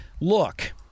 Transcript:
look